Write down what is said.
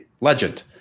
Legend